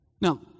Now